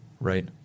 right